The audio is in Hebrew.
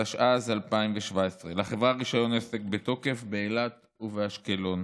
התשע"ז 2017. לחברה רישיון עסק בתוקף באילת ובאשקלון.